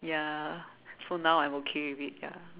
ya so now I'm okay with it ya